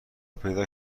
پیدا